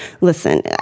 listen